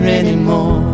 anymore